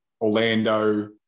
Orlando